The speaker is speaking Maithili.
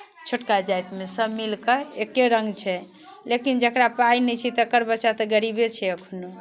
छोटका जाइतमे सभ मिलि कऽ एके रङ्ग छै लेकिन जकरा पाइ नहि छै तकर बच्चा तऽ गरीबे छै एखनो